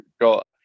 got